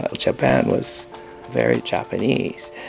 ah japan was very japanese.